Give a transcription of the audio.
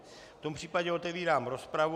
V tom případě otevírám rozpravu.